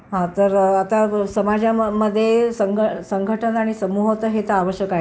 हां तर आता समाजाममध्ये संघ संघटन आणि समूह तर हे तर आवश्यक आहेच